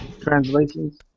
translations